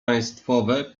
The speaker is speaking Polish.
państwowe